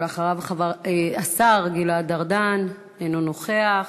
ואחריו השר גלעד ארדן, אינו נוכח,